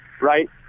right